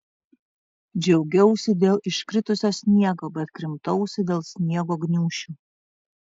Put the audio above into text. džiaugiausi dėl iškritusio sniego bet krimtausi dėl sniego gniūžčių